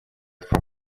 from